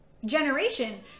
generation